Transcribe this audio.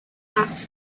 after